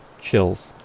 Chills